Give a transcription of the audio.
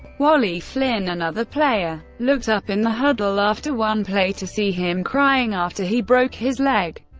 wally flynn, another player, looked up in the huddle after one play to see him crying after he broke his leg.